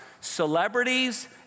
celebrities